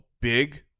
big